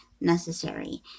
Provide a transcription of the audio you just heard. necessary